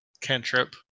cantrip